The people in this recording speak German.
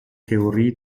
theorie